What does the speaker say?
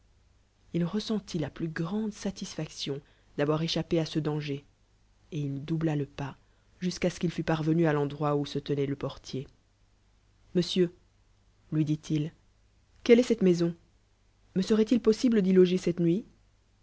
il fenenlît la plus grande eatigfaclion d'avoir échappé ce dnnger et il doubla je'pab'jttiiqu'à ce il fàt parveuu ft i'endroic où se ienoit je pol lier monsieur lui dit-il queue est cette moison me seroit îl poèqible d'y loger cette nu